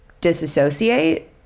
disassociate